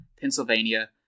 Pennsylvania